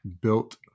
built